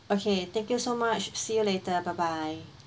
okay thank you so much see you later bye bye